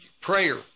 prayer